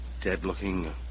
Dead-looking